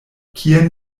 kien